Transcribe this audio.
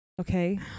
okay